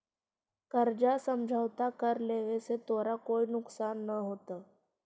कर्जा समझौता कर लेवे से तोरा कोई नुकसान न होतवऽ